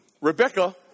Rebecca